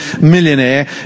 millionaire